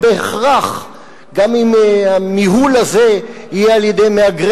ובהכרח גם אם המיהול הזה יהיה על-ידי מהגרי